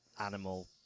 animal